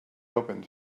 opened